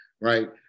Right